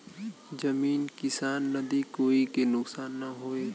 जमीन किसान नदी कोई के नुकसान न होये